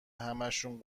همهشون